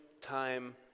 time